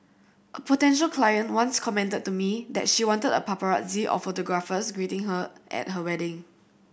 a potential client once commented to me that she wanted a paparazzi of photographers greeting her at her wedding